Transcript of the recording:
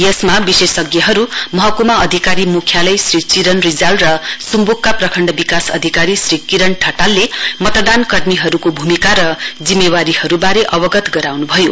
यसमा विशेष महकुमा अधिकारी मुख्यालय श्री चिरन रिजाल र मुम्बुकका प्रखण्ड विकास अधिकारी श्री किरण ठटालले मतदान कर्मीहरुको भूमिका र जिम्मावारीहरुवारे अवगत गराउनु भयो